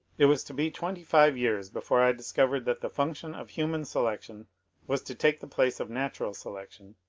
it was to be twenty-five years before i discovered that the function of human selection was to take the place of nat ural selection,